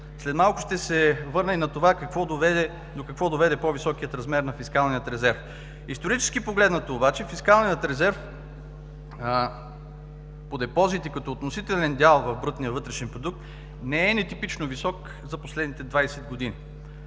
След малко ще се върна и на това до какво доведе по-високият размер на фискалния резерв. Исторически погледнато обаче фискалният резерв по депозит и като относителен дял в брутния вътрешен продукт не е нетипично висок за последните 20 години.